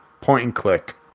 point-and-click